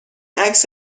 عکس